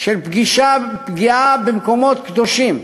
של פגיעה במקומות קדושים,